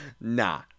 Nah